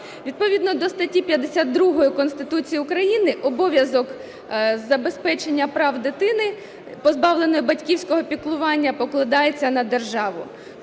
Відповідно до статті 52 Конституції України обов'язок забезпечення прав дитини, позбавленої батьківського піклування, покладається на державу.